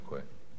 -הכהן.